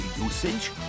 usage